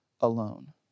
alone